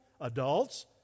adults